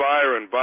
Byron